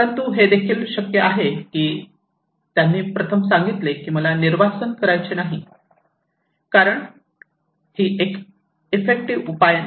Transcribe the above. परंतु हे देखील शक्य आहे की त्यांनी प्रथम सांगितले की मला निर्वासन करायचे नाही कारण ही एक ईफेक्टिव्ह उपाय नाही